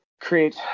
create